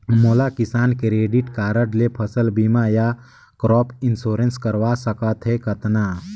मोला Kisan credit card ले फसल बीमा या क्रॉप इंश्योरेंस करवा सकथ हे कतना?